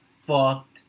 fucked